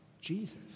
Jesus